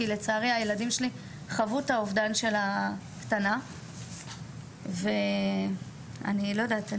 כי לצערי הילדים שלי חוו את האובדן של הקטנה ואני לא יודעת,